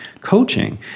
coaching